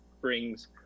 brings